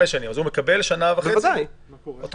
אז הוא מקבל שנה וחצי אוטומטית?